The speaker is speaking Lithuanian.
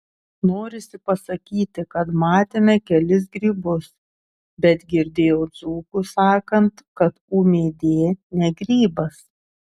norisi pasakyti kad matėme kelis grybus bet girdėjau dzūkus sakant kad ūmėdė ne grybas